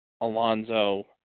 Alonzo